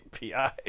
pi